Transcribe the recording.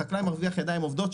החקלאי מרוויח ידיים עובדות,